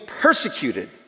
persecuted